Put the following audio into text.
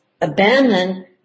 abandon